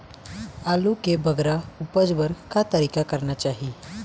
आलू के बगरा उपज बर का तरीका करना चाही?